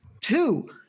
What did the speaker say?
Two